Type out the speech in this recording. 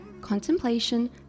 contemplation